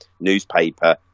newspaper